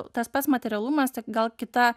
tas pats materialumas tik gal kita